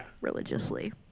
religiously